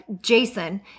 Jason